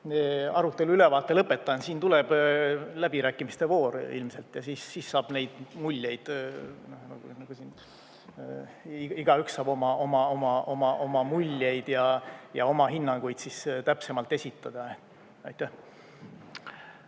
arutelu ülevaate lõpetan, siin tuleb läbirääkimiste voor ilmselt ja siis saab neid muljeid, igaüks saab oma muljeid ja oma hinnanguid siis täpsemalt esitada. Austatud